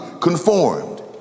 conformed